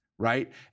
Right